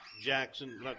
Jackson